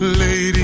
lady